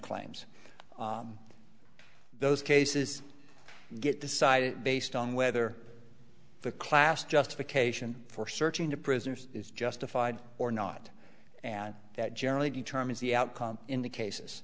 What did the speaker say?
claims those cases get decided based on whether the class justification for searching to prisoners is justified or not and that generally determines the outcome in the cases